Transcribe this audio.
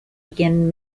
again